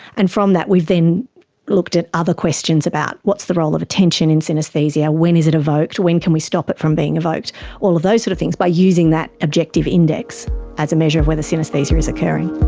and from that we've then looked at other questions about, what's the role of attention in synaesthesia, when is it evoked, when can we stop it from being evoked all of those sorts of things by using that objective index as a measure of whether synaesthesia is occurring.